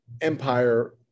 empire